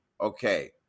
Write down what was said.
okay